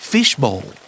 Fishbowl